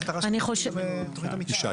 ישי,